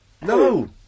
No